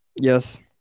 Yes